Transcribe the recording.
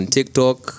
TikTok